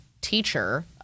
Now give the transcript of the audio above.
teacher